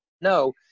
no